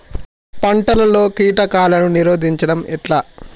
పంటలలో కీటకాలను నిరోధించడం ఎట్లా?